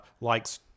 likes